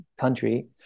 country